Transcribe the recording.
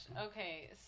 Okay